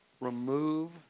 remove